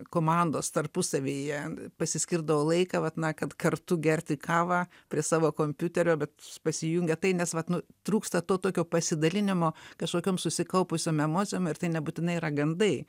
komandos tarpusavyje pasiskirdavo laiką vat na kad kartu gerti kavą prie savo kompiuterio bet pasijungia tai nes vat nu trūksta to tokio pasidalinimo kažkokiom susikaupusiom emocijom ir tai nebūtinai yra gandai